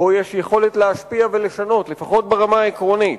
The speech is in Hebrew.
שבו יש יכולת להשפיע ולשנות, לפחות ברמה העקרונית,